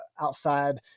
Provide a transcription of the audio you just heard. outside